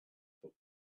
book